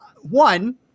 one